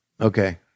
Okay